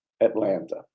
Atlanta